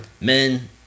Men